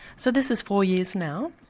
so this is four years now.